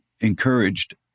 encouraged